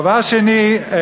דבר שני,